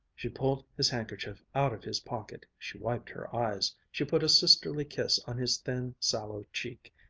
she pulled his handkerchief out of his pocket, she wiped her eyes, she put a sisterly kiss on his thin, sallow cheek,